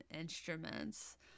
Instruments